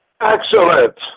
Excellent